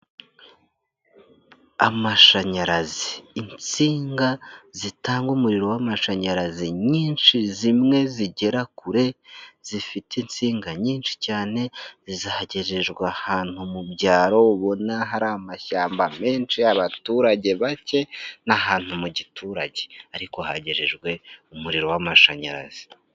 Amashanyarazi insinga zitanga umuriro w'amashanyarazi nyinshi zimwe zigera kure, zifite insinga nyinshi cyane zagejejwe ahantu mu byaro ubona hari amashyamba menshi abaturage bake, ni ahantu mu giturage, ariko hagejejwe umuriro w'amashanyarazi.